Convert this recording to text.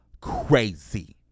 crazy